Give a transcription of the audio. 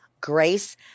grace